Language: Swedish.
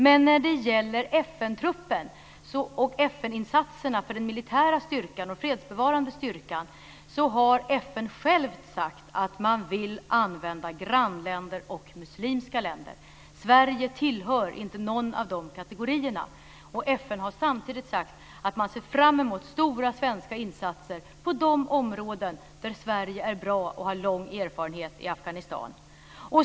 Men när det gäller FN-insatser för den militära styrkan och fredsbevarande styrkan har FN självt sagt att man vill använda sig av grannländer och muslimska länder. Sverige tillhör inte någon av dessa kategorier. FN har samtidigt sagt att man ser fram emot stora svenska insatser i Afghanistan på de områden där Sverige är bra har lång erfarenhet. Fru talman!